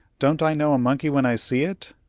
don't i know a monkey when i see it?